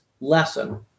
lesson